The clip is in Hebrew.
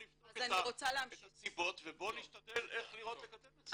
נבדוק את הסיבות ובואו נשתדל איך לראות ולקדם את זה.